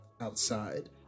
outside